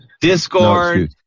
Discord